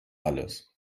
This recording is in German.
alles